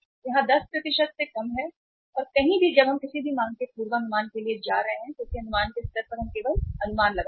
यह 10 से कम है और कहीं भी जब हम किसी भी मांग के पूर्वानुमान के लिए जा रहे हैं क्योंकि अनुमान के स्तर पर हम केवल अनुमान लगा रहे हैं